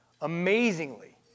amazingly